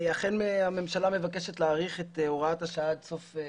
הממשלה מבקשת להאריך את הוראת השעה כפי